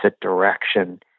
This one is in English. direction